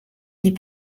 n’est